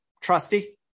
trusty